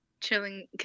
chilling